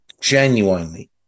genuinely